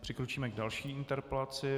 Přikročíme k další interpelaci.